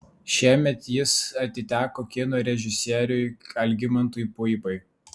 šiemet jis atiteko kino režisieriui algimantui puipai